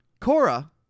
Cora